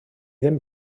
ddim